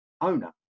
owner